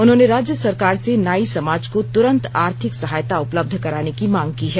उन्होंने राज्य सरकार से नाई समाज को तुरंत आर्थिक सहायता उपलब्ध कराने की मांग की है